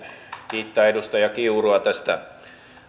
kiittää edustaja kiurua tästä